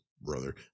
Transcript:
brother